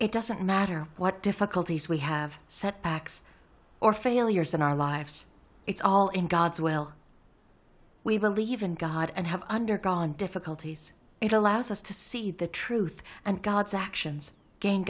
it doesn't matter what difficulties we have setbacks or failures in our lives it's all in god's well we believe in god and have undergone difficulties it allows us to see the truth and god's actions again